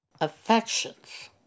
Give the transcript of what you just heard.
affections